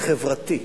החברתי,